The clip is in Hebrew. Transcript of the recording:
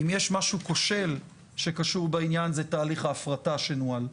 אם יש משהו כושל שקשור בעניין זה תהליך ההפרטה שנוהל.